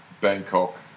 Bangkok